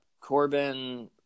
Corbin